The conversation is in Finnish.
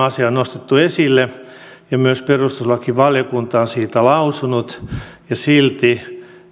asia on nostettu esille ja myös perustuslakivaliokunta on siitä lausunut ja silti